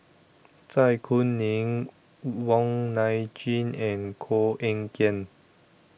Zai Kuning Wong Nai Chin and Koh Eng Kian